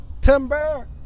Timber